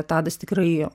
tadas tikrai